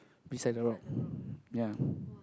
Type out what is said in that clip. beside the road ya